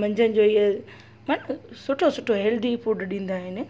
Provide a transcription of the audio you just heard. मंझंदि जो इहा पर सुठो सुठो हेल्दी फूड ॾींदा आहिनि